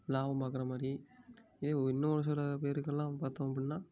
லாபம் பார்க்குறமாரி இதே இன்னும் ஒரு சில பேருக்கெல்லாம் பார்த்தோம் அப்பிடின்னா